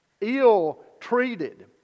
ill-treated